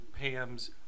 Pam's